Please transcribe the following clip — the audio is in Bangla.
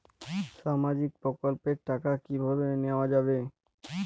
সামাজিক প্রকল্পের টাকা কিভাবে নেওয়া যাবে?